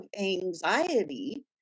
anxiety